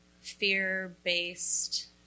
fear-based